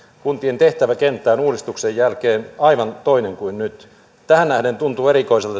kuntien tehtäväkenttä on uudistuksen jälkeen aivan toinen kuin nyt tähän nähden tuntuu erikoiselta